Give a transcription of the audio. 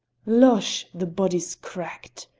losh! the body's cracked,